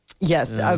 Yes